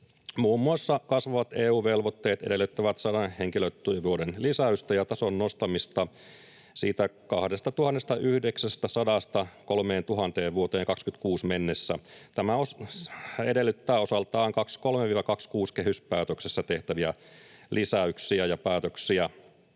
Muun muassa kasvavat EU-velvoitteet edellyttävät 100 henkilötyövuoden lisäystä ja tason nostamista siitä 2 900:sta 3 000:een vuoteen 26 mennessä. Tämä edellyttää osaltaan 23—26 kehyspäätöksessä tehtäviä lisäyksiä ja päätöksiä.